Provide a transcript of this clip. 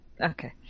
Okay